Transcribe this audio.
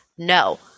No